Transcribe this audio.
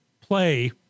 play